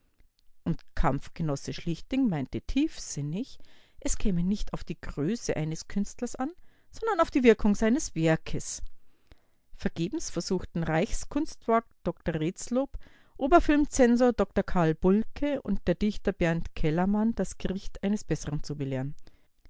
und kampfgenosse schlichting meinte tiefsinnig es käme nicht auf die größe eines künstlers an sondern auf die wirkung seines werkes vergebens versuchten reichskunstwart dr redslob oberfilmzensor dr karl bulcke und der dichter bernhard kellermann das gericht eines bessern zu belehren